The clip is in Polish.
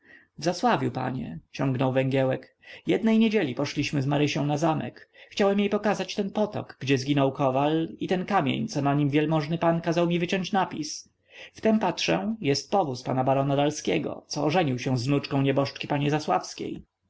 zasławiu panie ciągnął węgielek jednej niedzieli poszliśmy z marysią na zamek chciałem jej pokazać ten potok gdzie zginął kowal i ten kamień co na nim wielmożny pan kazał mi wyciąć napis wtem patrzę jest powóz pana barona dalskiego co ożenił się z wnuczką nieboszczki pani